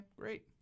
great